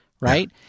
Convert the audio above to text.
Right